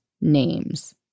names